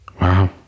wow